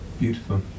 Beautiful